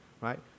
right